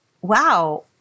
wow